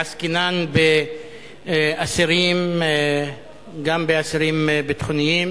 עסקינן באסירים גם באסירים ביטחוניים